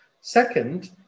Second